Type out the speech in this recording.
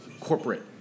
corporate